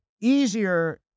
easier